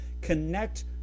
connect